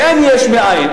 אין יש מאין,